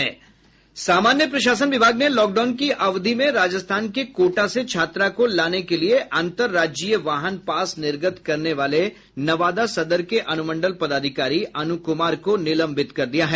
सामान्य प्रशासन विभाग ने लॉकडाउन की अवधि में राजस्थान के कोटा से छात्रा को लाने के लिए अंतर्राज्यीय वाहन पास निर्गत करने वाले नवादा सदर के अनुमंडल पदाधिकारी अनु कुमार को निलंबित कर दिया है